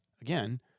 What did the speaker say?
Again